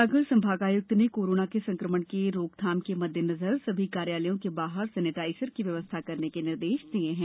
सागर संभागायुक्त ने कोरोना के संक्रमण के रोकथाम के मद्देनजर सभी कार्यालयों के बाहर सेनीटाइजर की व्यवस्था करने के निर्देश दिये है